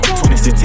2016